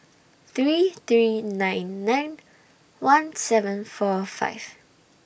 three three nine nine one seven four five